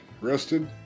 rested